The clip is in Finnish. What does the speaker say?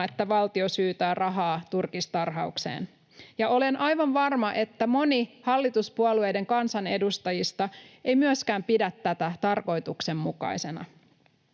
että valtio syytää rahaa turkistarhaukseen. Ja olen aivan varma, että moni hallituspuolueiden kansanedustajista ei myöskään pidä tätä tarkoituksenmukaisena.